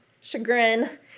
chagrin